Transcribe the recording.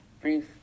brief